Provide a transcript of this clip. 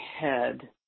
head